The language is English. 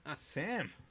Sam